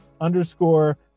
underscore